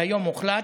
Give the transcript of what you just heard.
היום הוחלט,